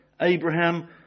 Abraham